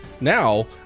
Now